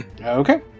Okay